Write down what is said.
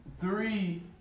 Three